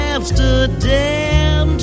Amsterdam